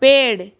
पेड़